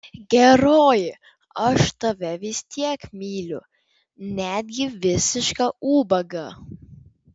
geroji aš tave vis tiek myliu netgi visišką ubagą